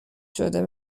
شده